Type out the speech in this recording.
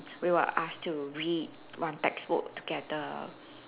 we will ask to read one textbook together